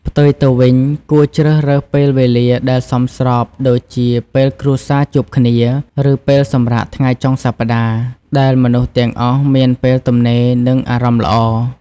ផ្ទុយទៅវិញ គួរជ្រើសរើសពេលវេលាដែលសមស្រប ដូចជាពេលគ្រួសារជួបគ្នា ឬពេលសម្រាកថ្ងៃចុងសប្តាហ៍ ដែលមនុស្សទាំងអស់មានពេលទំនេរ និងអារម្មណ៍ល្អ។